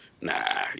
nah